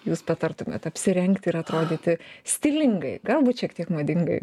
jūs patartumėt apsirengti ir atrodyti stilingai galbūt šiek tiek madingai